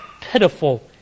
pitiful